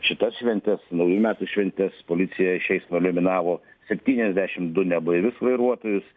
šitas šventes naujųjų metų šventes policija šiais nominavo septyniasdešimt du neblaivius vairuotojus